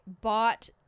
bought